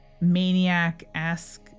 maniac-esque